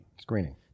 Screening